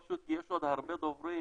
פשוט כי יש עוד הרבה דוברים